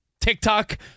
TikTok